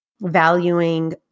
valuing